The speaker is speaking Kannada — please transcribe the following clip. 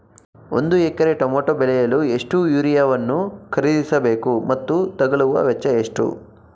ಒಂದು ಎಕರೆ ಟಮೋಟ ಬೆಳೆಯಲು ಎಷ್ಟು ಯೂರಿಯಾವನ್ನು ಖರೀದಿಸ ಬೇಕು ಮತ್ತು ತಗಲುವ ವೆಚ್ಚ ಎಷ್ಟು?